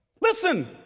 Listen